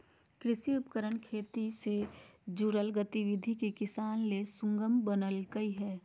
कृषि उपकरण खेती से जुड़ल गतिविधि के किसान ले सुगम बनइलके हें